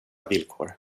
villkor